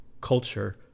culture